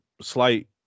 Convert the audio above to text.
slight